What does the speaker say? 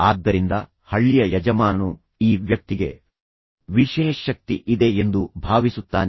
ಆದ್ದರಿಂದ ಹಳ್ಳಿಯ ಯಜಮಾನನು ಈ ವ್ಯಕ್ತಿಗೆ ವಿಶೇಷ ಶಕ್ತಿ ಇದೆ ಎಂದು ಭಾವಿಸುತ್ತಾನೆ